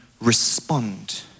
respond